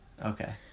Okay